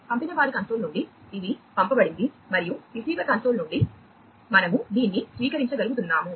పంపినవారి console నుండి ఇది పంపబడింది మరియు రిసీవర్ కన్సోల్ నుండి మనము దీన్ని స్వీకరించగలుగుతున్నాము